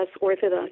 Orthodox